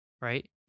Right